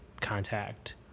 contact